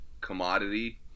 commodity